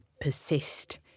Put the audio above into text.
persist